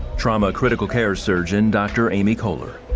trauma critical care surgeon, doctor amy koler.